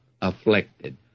afflicted